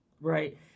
right